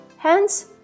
Hence